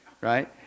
right